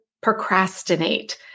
procrastinate